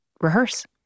rehearse